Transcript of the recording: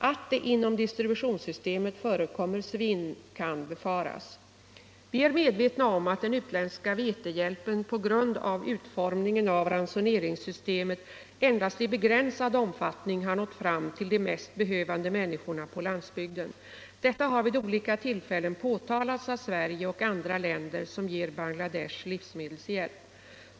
Att det inom distributionssystemet förekommer svinn kan befaras. Vi är medvetna om att den utländska vetehjälpen på grund av utformningen av ransoneringssystemet endast i begränsad omfattning har nått fram till de mest behövande människorna på landsbygden. Detta har vid olika tillfällen påtalats av Sverige och andra länder som ger Bangladesh livsmedelshjälp.